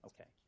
Okay